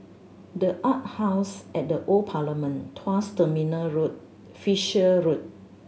The Arts House at the Old Parliament Tuas Terminal Road Fisher Road